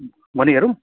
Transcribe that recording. भनि हेरौँ